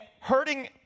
hurting